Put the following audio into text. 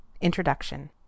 Introduction